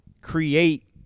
create